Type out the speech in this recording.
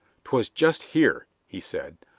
twas just here, he said,